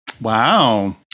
wow